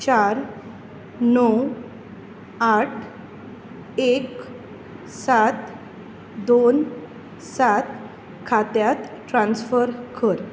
चार णव आठ एक सात दोन सात खात्यांत ट्रानस्फर कर